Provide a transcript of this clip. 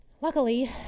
Luckily